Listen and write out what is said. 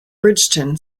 bridgeton